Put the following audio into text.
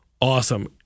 awesome